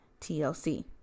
TLC